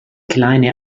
kleine